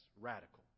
radical